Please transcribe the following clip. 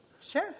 Sure